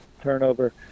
turnover